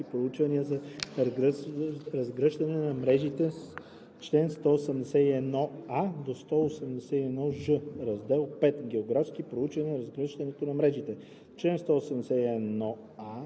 проучвания за разгръщането на мрежите“ с чл. 181а – 181ж: „Раздел V Географски проучвания за разгръщането на мрежите Чл. 181а.